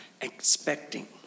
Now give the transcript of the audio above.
expecting